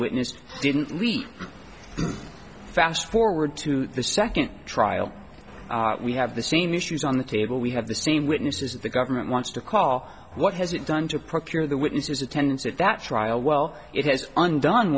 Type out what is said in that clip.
witness didn't leak fast forward to the second trial we have the same issues on the table we have the same witnesses the government wants to call what has it done to procure the witnesses attendance at that trial well it has undone